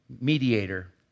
mediator